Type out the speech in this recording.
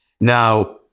Now